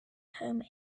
home